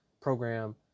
program